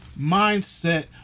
mindset